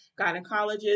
gynecologist